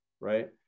right